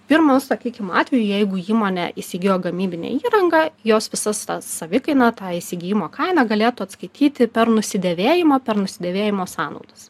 pirmu sakykim atveju jeigu įmonė įsigijo gamybinę įrangą jos visas savikaina tą įsigijimo kainą galėtų atskaityti per nusidėvėjimo per nusidėvėjimo sąnaudas